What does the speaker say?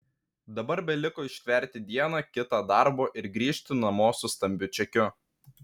dabar beliko ištverti dieną kitą darbo ir grįžti namo su stambiu čekiu